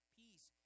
peace